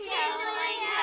Kindling